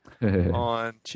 on